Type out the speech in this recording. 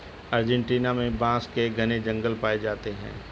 Argentina में बांस के घने जंगल पाए जाते हैं